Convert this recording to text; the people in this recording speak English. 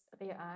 Real